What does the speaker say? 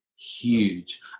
huge